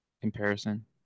comparison